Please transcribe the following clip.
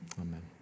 Amen